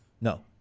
No